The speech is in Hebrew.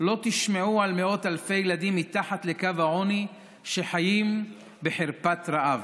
לא תשמעו על מאות אלפי הילדים מתחת לקו העוני שחיים בחרפת רעב,